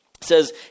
says